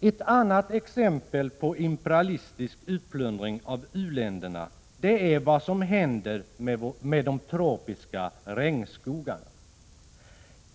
Ett annat exempel på imperialistisk utplundring av u-länderna är vad som händer med de tropiska regnskogarna.